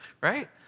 right